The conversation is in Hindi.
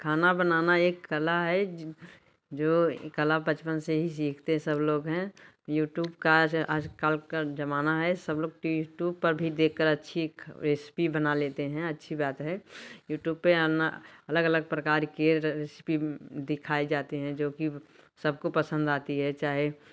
खाना बनाना एक कला है जो कला बचपन से ही सीखते सब लोग हैं यूट्यूब का आज कल ज़माना है सब लोग यूट्यूब पर भी देखकर अच्छी रेसपी बना लेते हैं अच्छी बात है यूट्यूब पे आना अलग अलग प्रकार की रेसपी दिखाई जाती हैं जो कि सबको पसंद आती है चाहे